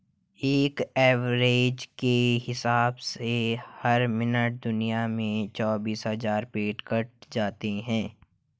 एक एवरेज के हिसाब से हर मिनट दुनिया में चौबीस हज़ार पेड़ कट जाते हैं